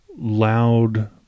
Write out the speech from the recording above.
loud